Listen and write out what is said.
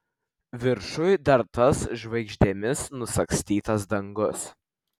viršuj dar tas žvaigždėmis nusagstytas dangus